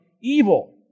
evil